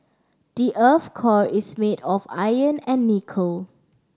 the earth's core is made of iron and nickel